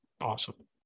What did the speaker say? awesome